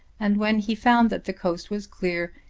and when he found that the coast was clear,